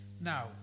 Now